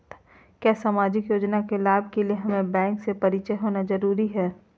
क्या सामाजिक योजना के लाभ के लिए हमें बैंक से परिचय होना जरूरी है?